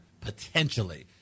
potentially